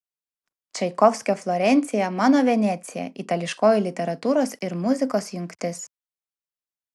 čaikovskio florencija mano venecija itališkoji literatūros ir muzikos jungtis